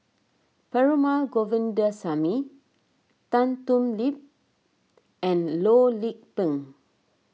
Perumal Govindaswamy Tan Thoon Lip and Loh Lik Peng